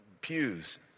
pews